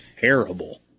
terrible